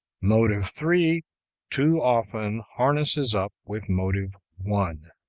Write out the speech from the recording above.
motive three too often harnesses up with motive one.